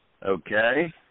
Okay